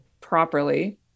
properly